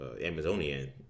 Amazonian